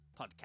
podcast